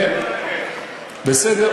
כן, בסדר.